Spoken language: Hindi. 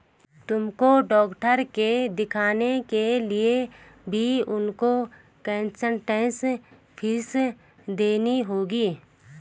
तुमको डॉक्टर के दिखाने के लिए भी उनको कंसलटेन्स फीस देनी होगी